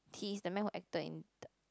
he is the man who acted in